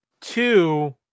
Two